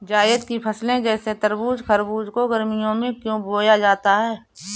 जायद की फसले जैसे तरबूज़ खरबूज को गर्मियों में क्यो बोया जाता है?